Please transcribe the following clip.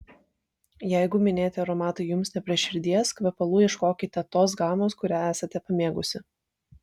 jeigu minėti aromatai jums ne prie širdies kvepalų ieškokite tos gamos kurią esate pamėgusi